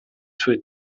sue